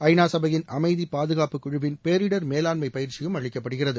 ஐநா சபையின் அமைதி பாதுகாப்புக்குழுவின் பேரிடர் மேலாண்மை பயிற்சியும் அளிக்கப்படுகிறது